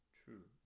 true